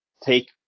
take